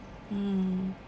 mm